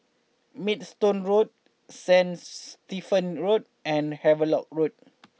Maidstone Road Saint Stephen Road and Havelock Road